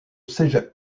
cégep